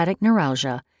neuralgia